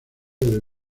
del